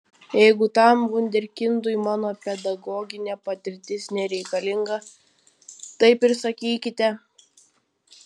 jeigu tam vunderkindui mano pedagoginė patirtis nereikalinga taip ir sakykite